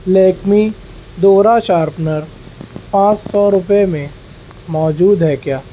لیکمی دوہرا شارپنر پانچ سو روپئے میں موجود ہے کیا